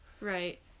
Right